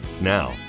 Now